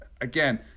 again